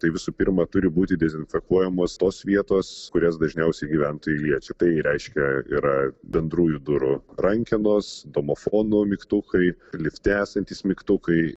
tai visų pirma turi būti dezinfekuojamos tos vietos kurias dažniausiai gyventojai liečia tai reiškia yra bendrųjų durų rankenos domofono mygtukai lifte esantys mygtukai